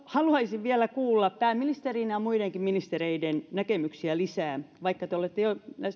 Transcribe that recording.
haluaisin vielä kuulla pääministerin ja muidenkin ministereiden näkemyksiä lisää vaikka te olette